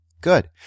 Good